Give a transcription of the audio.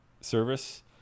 service